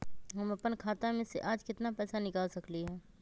हम अपन खाता में से आज केतना पैसा निकाल सकलि ह?